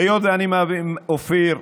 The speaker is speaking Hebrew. אופיר,